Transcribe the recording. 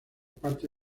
parte